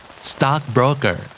Stockbroker